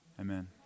Amen